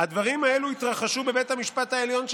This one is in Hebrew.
הדברים האלה התרחשו בבית המשפט העליון שלנו,